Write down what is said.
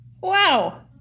Wow